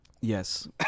Yes